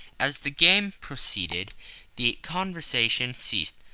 as the game proceeded the conversation ceased,